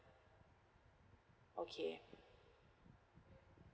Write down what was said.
okay